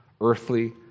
earthly